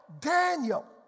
Daniel